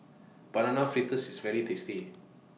Banana Fritters IS very tasty